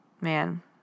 man